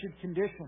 condition